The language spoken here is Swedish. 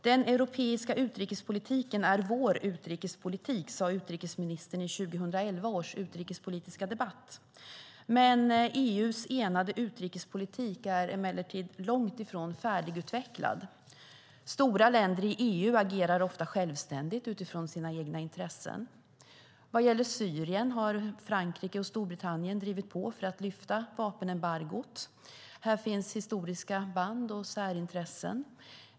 "Den europeiska utrikespolitiken är vår utrikespolitik", sade utrikesministern i 2011 års utrikespolitiska debatt. Men EU:s enade utrikespolitik är emellertid långt ifrån färdigutvecklad. Stora länder i EU agerar ofta självständigt utifrån sina egna intressen. Vad gäller Syrien har Frankrike och Storbritannien drivit på för att lyfta vapenembargot. Här finns historiska band och särintressen.